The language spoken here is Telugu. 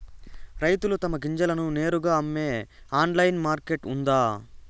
రైతులు తమ గింజలను నేరుగా అమ్మే ఆన్లైన్ మార్కెట్ ఉందా?